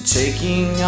taking